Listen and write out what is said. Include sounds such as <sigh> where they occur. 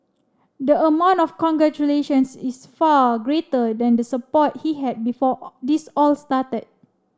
the amount of congratulations is far greater than the support he had before <hesitation> this all started